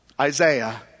Isaiah